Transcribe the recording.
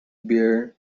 bear